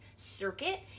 Circuit